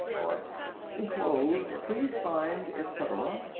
or enclosed please find, etc.